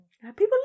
People